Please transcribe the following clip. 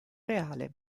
reale